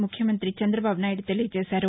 ముఖ్యమంతి నారా చంద్రబాబు నాయుడు తెలియజేశారు